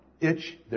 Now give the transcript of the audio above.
itch